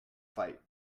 fight